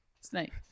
Snake